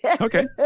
Okay